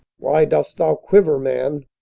why dost thou quiuer man?